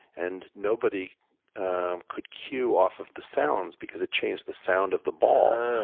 and nobody could cue off of the sounds because it changed the sound of the ball.